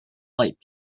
flight